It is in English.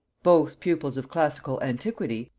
both pupils of classical antiquity,